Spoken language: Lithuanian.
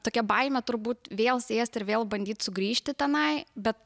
tokia baimė turbūt vėl sėst ir vėl bandyt sugrįžti tenai bet